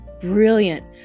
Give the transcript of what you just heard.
brilliant